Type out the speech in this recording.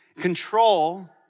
Control